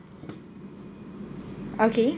okay